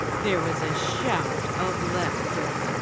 there was a shout of laughter.